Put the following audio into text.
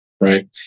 right